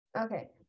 Okay